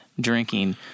drinking